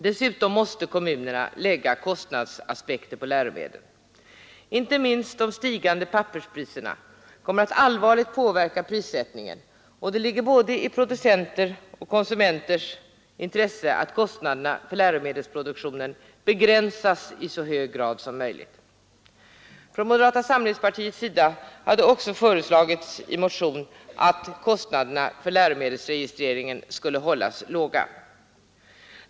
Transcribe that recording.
Dessutom måste kommunerna lägga kostnadsaspekter på läromedlen. Inte minst de stigande papperspriserna kommer att allvarligt påverka prissättningen, och det ligger i både producenters och konsumenters intresse att kostnaderna för läromedelsproduktionen begränsas i så hög grad som möjligt. Från moderata samlingspartiets sida har också i motion föreslagits att kostnaderna för läromedelsregistreringen bör hållas låga.